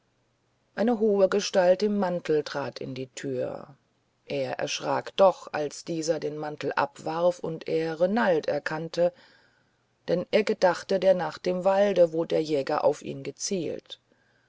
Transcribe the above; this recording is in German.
eine hohe gestalt im mantel trat in die tür er erschrak doch als diese den mantel abwarf und er renald erkannte denn er gedachte der nacht im walde wo der jäger auf ihn gezielt